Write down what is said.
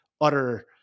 utter